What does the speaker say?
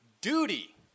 duty